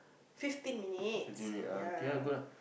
fifteen minutes yeah